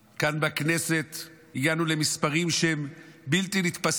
כאן בכנסת הגענו למספרים שהם בלתי נתפסים.